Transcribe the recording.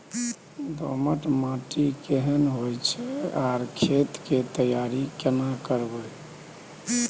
दोमट माटी केहन होय छै आर खेत के तैयारी केना करबै?